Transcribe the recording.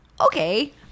okay